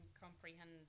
comprehend